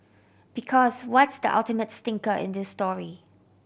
because what's the ultimate stinker in this story